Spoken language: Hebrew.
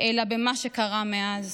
אלא במה שקרה מאז.